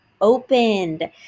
opened